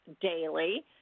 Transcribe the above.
daily